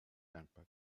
dankbar